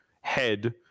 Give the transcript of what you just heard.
head